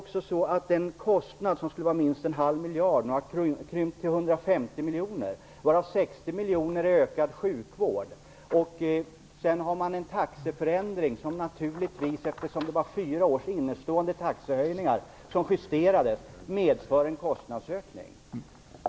Den kostnad som skulle uppgå till minst en halv miljard har nu också krympt till 150 miljoner, varav 60 miljoner i ökad sjukvård. Sedan genomförde man en taxeförändring, som naturligtvis - det var fyra års innestående taxehöjningar som justerades - medförde en kostnadsökning.